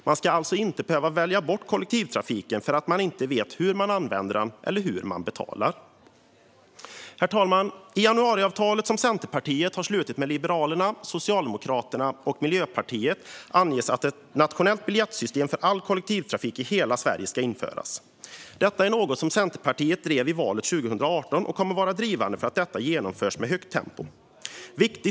Man ska alltså inte behöva välja bort kollektivtrafiken för att man inte vet hur man använder den eller hur man betalar. Herr talman! I januariavtalet som Centerpartiet har slutit med Liberalerna, Socialdemokraterna och Miljöpartiet anges att ett nationellt biljettsystem för all kollektivtrafik i hela Sverige ska införas. Detta är något som Centerpartiet drev i valet 2018, och vi kommer att vara drivande för att detta genomförs med högt tempo.